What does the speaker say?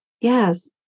Yes